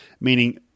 meaning